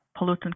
pollutant